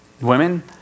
women